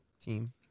team